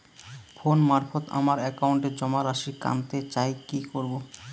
Phone মারফত আমার একাউন্টে জমা রাশি কান্তে চাই কি করবো?